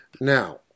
Now